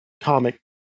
comic